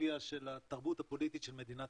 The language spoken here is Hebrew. פילוסופיה של התרבות הפוליטית של מדינת